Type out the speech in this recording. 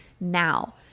now